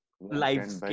life